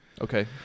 Okay